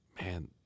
man